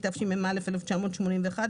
התשמ"א-1981,